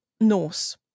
Norse